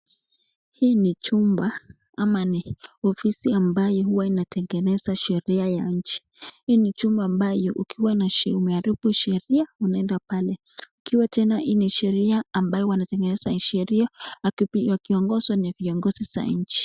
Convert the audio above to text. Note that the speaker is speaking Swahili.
Hii ni chumba ama ni ofisi ambayo huwa inatengeneza sheria ya nchi, hii ni chumba ambayo ukiwa umeharibu sheria unaenda pale, ukiwa tena hii ni sheria ambayo wanatengeneza sheria akiongoza ni viongozi za nchi.